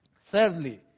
Thirdly